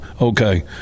okay